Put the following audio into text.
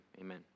Amen